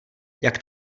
jak